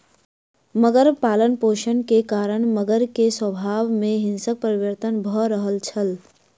मगर पालनपोषण के कारण मगर के स्वभाव में हिंसक परिवर्तन भ रहल छल